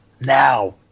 Now